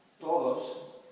todos